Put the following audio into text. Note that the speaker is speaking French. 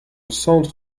centre